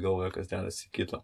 galvoje kas dedasi kito